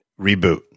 Reboot